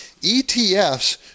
ETFs